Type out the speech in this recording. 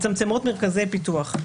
מצמצמות מרכזי פיתוח.